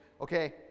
okay